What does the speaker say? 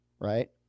Right